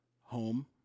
home